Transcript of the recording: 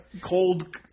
Cold